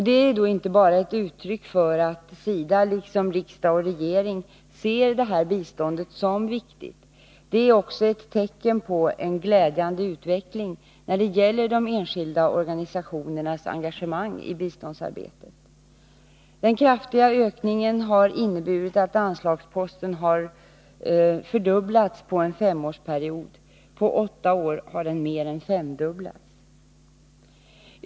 Det är inte bara ett uttryck för att SIDA liksom riksdag och regering ser detta bistånd som viktigt, utan det är också ett tecken på en glädjande utveckling när det gäller de enskilda organisationernas engagemang i biståndsarbetet. Den kraftiga ökningen har inneburit att anslagsposten har fördubblats på en femårsperiod. På åtta år har den mer än femdubblats.